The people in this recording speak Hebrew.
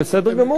בסדר גמור.